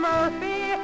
Murphy